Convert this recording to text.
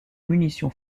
munitions